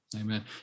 Amen